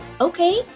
okay